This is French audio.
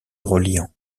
reliant